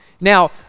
Now